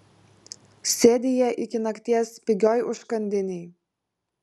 sėdi jie iki nakties pigioj užkandinėj